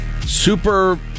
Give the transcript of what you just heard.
Super